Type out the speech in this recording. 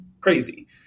crazy